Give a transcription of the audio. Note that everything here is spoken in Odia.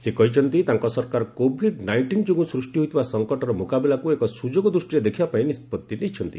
ସେ କହିଛନ୍ତି ତାଙ୍କ ସରକାର କୋଭିଡ୍ ନାଇଷ୍ଟିନ୍ ଯୋଗୁଁ ସୃଷ୍ଟି ହୋଇଥିବା ସଂକଟର ମୁକାବିଲାକୁ ଏକ ସୁଯୋଗ ଦୃଷ୍ଟିରେ ଦେଖିବା ପାଇଁ ନିଷ୍କଉତ୍ତି ନେଇଛନ୍ତି